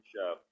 show